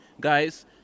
guys